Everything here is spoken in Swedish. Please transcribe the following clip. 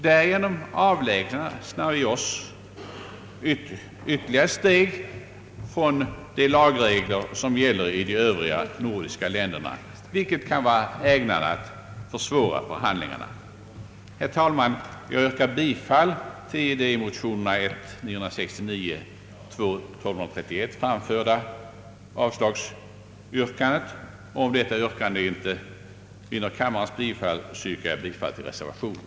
Därigenom avlägsnar vi oss ytterligare ett steg från de lagregler som gäller i de övriga nordiska länderna, vilket kan vara ägnat att försvåra förhandlingarna. Herr talman! Jag yrkar bifall till det i motionerna I: 969 och II: 1231 framställda avslagsyrkandet. Om detta yrkande inte vinner kammarens bifall yrkar jag bifall till reservationen.